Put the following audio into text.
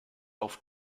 auf